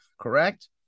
correct